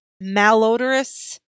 malodorous